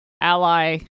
Ally